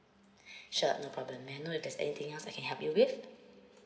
sure no problem may I know if there's anything else I can help you with